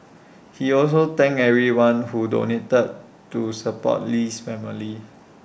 he also thanked everyone who donated to support Lee's family